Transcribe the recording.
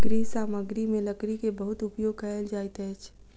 गृह सामग्री में लकड़ी के बहुत उपयोग कयल जाइत अछि